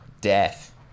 death